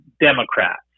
Democrats